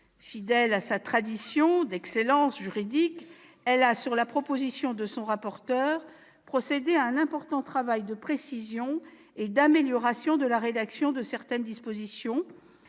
Fidèle à sa tradition d'excellence juridique, elle a, sur la proposition de son rapporteur, procédé à un important travail de précision et d'amélioration de la rédaction de certaines dispositions,